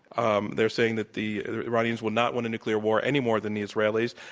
um they're saying that the iranians will not want a nuclear war any more than the israelis.